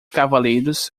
cavaleiros